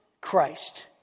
Christ